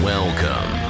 Welcome